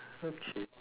okay